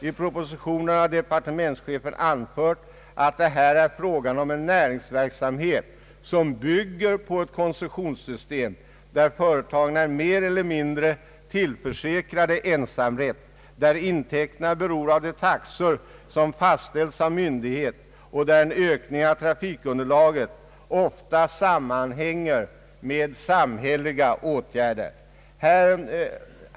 I propositionen har departementschefen anfört att det är fråga om en näringsverksamhet, som bygger på ett koncessionssystem, där företagen är mer eller mindre tillförsäkrade ensamrätt, där intäkterna beror av de taxor som fastställs av myndighet och där en ökning av trafikunderlaget ofta sammanhänger med samhälleliga åtgärder.